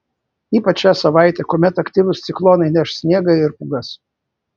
ypač šią savaitę kuomet aktyvūs ciklonai neš sniegą ir pūgas